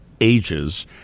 ages